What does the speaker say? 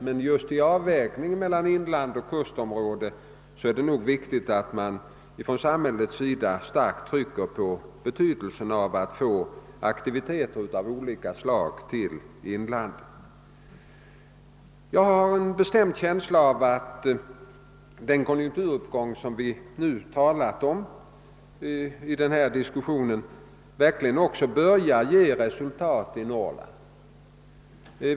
Men just när det gäller avvägningen mellan inland och kustland är det nog viktigt att man från samhällets sida starkt trycker på betydelsen av att få aktiviteter av olika slag förlagda till inlandet. Jag har en bestämd känsla av att den konjunkturuppgång, som vi nu talat om i denna diskussion, verkligen också börjar ge resultat i Norrland.